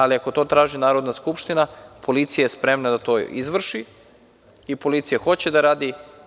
Ako to traži Narodna skupština, policija je spremna da to izvrši i policija hoće da radi.